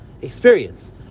experience